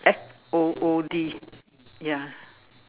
F O O D ya